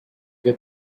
get